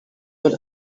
what